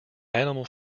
animal